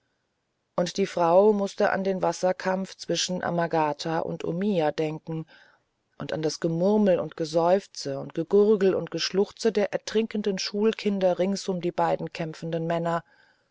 und die frau mußte an den wasserkampf zwischen amagata und omiya denken und an das gemurmel und geseufze und gegurgel und geschluchze der ertrinkenden schulkinder rings um die beiden kämpfenden männer